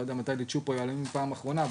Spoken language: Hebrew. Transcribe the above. יודע מתי ליטשו פה יהלומים בפעם האחרונה,